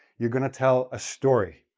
you're going to tell a story,